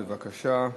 בבקשה.